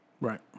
Right